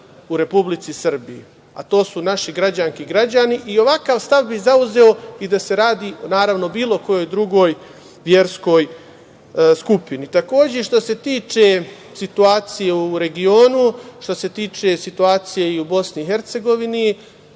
u Republici Srbiji, a to su naši građani i građanske. Ovakav stav bi zauzeo i da se radi o naravno bilo kojoj drugoj verskoj skupini. Takođe, što se tiče situacije u regionu, što se tiče situacije i u BiH,